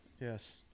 Yes